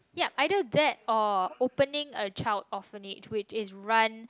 yup either that or opening a child orphanage which is run